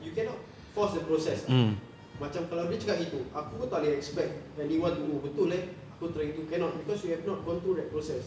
you cannot force the process ah macam kalau dia cakap gitu aku pun takleh expect anyone to oh betul eh aku try gitu cannot cause you have not gone through that process